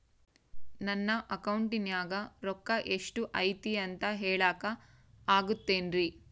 ನನ್ನ ಅಕೌಂಟಿನ್ಯಾಗ ರೊಕ್ಕ ಎಷ್ಟು ಐತಿ ಅಂತ ಹೇಳಕ ಆಗುತ್ತೆನ್ರಿ?